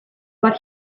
but